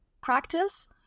practice